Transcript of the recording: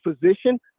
position